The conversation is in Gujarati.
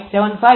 75 373